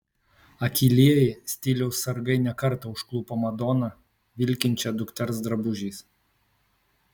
akylieji stiliaus sargai ne kartą užklupo madoną vilkinčią dukters drabužiais